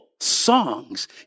Songs